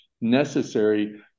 necessary